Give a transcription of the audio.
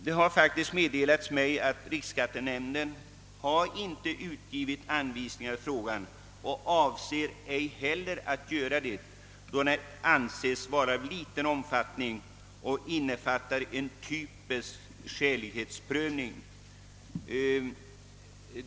Det har meddelats mig att riksskattenämnden inte har utgivit anvisningar i denna fråga och ej heller avser att göra det, då den anses vara av liten omfattning och innefatta en typisk skälighetsprövning.